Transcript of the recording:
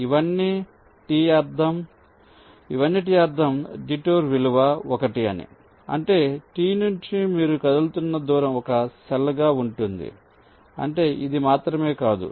ఇవన్నీటి అర్ధం డిటూర్ విలువ 1 అని అంటే T నుంచి మీరు కదులుతున్న దూరం ఒక సెల్ గా ఉంటుంది అంటే ఇది మాత్రమే కాదు